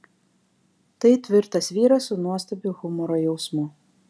tai tvirtas vyras su nuostabiu humoro jausmu